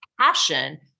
passion